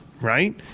right